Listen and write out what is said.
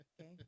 Okay